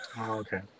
okay